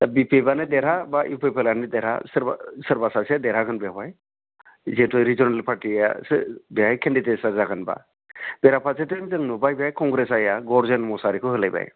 दा B P एफआनो देरहा बा इउ पि पि एलआनो देरहा सोरबा सोरबा सासेया देरहागोन बेयावहाय जिहेतु रिजोनेल पार्टिआसो बेवहाय केण्डिडेचार जागोनबा बेरा फारसेथिं जों नुबाय बेवहाय कंग्रेस हानजाया गर्जन मुसाहारिखौ होलायबाय